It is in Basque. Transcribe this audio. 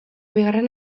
bigarren